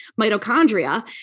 mitochondria